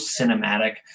cinematic